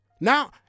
Now